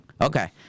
Okay